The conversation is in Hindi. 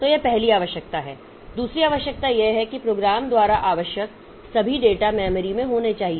तो यह पहली आवश्यकता है दूसरी आवश्यकता यह है कि प्रोग्राम द्वारा आवश्यक सभी डेटा मेमोरी में होना चाहिए